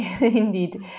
Indeed